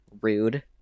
Rude